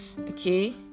Okay